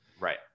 right